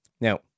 now